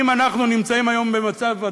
אם אנחנו נמצאים היום במצב,